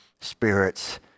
spirits